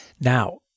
Now